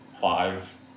five